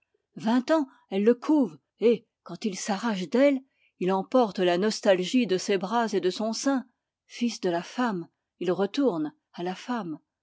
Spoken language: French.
vingt ans elle le couve et quand il s'arrache d'elle il emporte la nostalgie de ses bras et de son sein fils de la femme il retourne à la femme